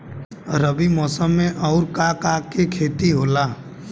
रबी मौसम में आऊर का का के खेती होला?